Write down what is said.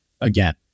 again